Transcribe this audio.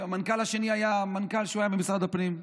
המנכ"ל השני היה מנכ"ל שהוא היה ממשרד הפנים,